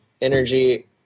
energy